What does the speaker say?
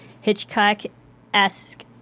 Hitchcock-esque